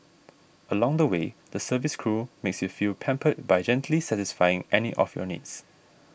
along the way the service crew makes you feel pampered by gently satisfying any of your needs